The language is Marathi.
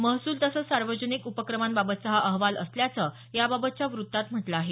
महसूल तसंच सार्वजनिक उपक्रमांबाबतचा हा अहवाल असल्याचं याबाबतच्या वृत्तात म्हटलं आहे